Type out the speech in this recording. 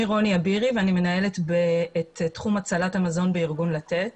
אני מנהלת את תחום הצלת המזון בארגון לתת.